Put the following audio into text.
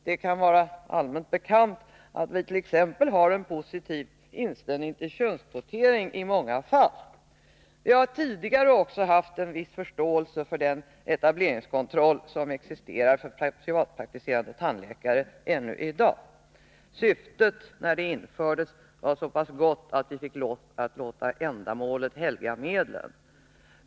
Vi har t.ex. — som väl är allmänt bekant — en positiv inställning till könskvotering i många fall. Vi har tidigare också haft en viss förståelse för den etableringskontroll som ännu i dag existerar för privatpraktiserande tandläkare. Syftet var vid införandet så pass gott att vi fick lov att låta ändamålet helga medlen.